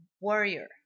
warrior